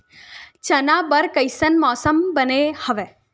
चना बर कइसन मौसम बने हवय?